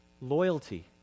loyalty